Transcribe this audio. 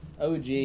OG